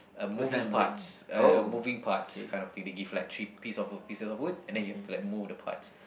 a moving parts a a moving parts kind of the thing they give like three piece of pieces of wood and then you have to like mould the parts